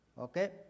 okay